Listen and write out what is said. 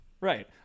right